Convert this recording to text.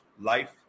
life